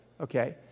Okay